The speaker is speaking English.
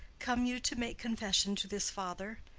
come you to make confession to this father?